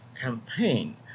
campaign